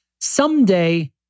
someday